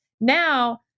Now